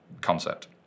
concept